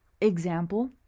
example